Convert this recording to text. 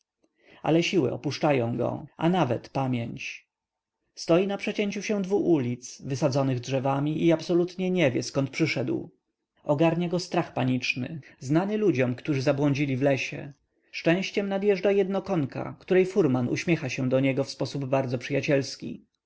ale siły opuszczają go a nawet pamięć stoi na przecięciu się dwu ulic wysadzonych drzewami i absolutnie nie wie zkąd przyszedł ogarnia go strach paniczny znany ludziom którzy zbłądzili w lesie szczęściem nadjeżdża jednokonka której furman uśmiecha się do niego w sposób bardzo przyjacielski